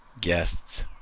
guests